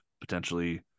potentially